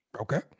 Okay